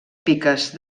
piques